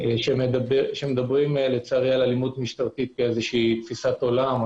שמדברים על אלימות משטרתית כתפיסת עולם,